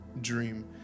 dream